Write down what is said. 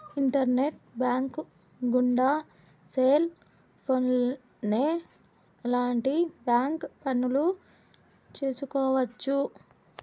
internet bank గుండా cell ఫోన్లోనే ఎలాంటి బ్యాంక్ పనులు చేసుకోవచ్చు